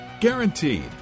Guaranteed